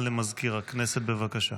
לא תיכנס בזכות דיל פוליטי?